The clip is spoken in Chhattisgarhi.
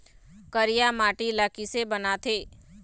करिया माटी ला किसे बनाथे?